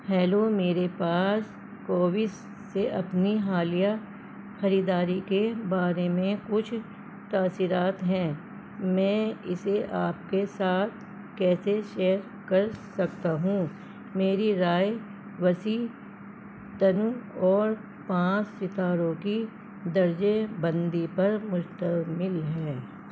hello میرے پاس کووس سے اپنی حالیہ خریداری کے بارے میں کچھ تاثرات ہیں میں اسے آپ کے کے ساتھ کیسے شیئر کر سکتا ہوں میری رائے وسیع تنوع اور پانچ ستاروں کی درجے بندی پر مشتمل ہے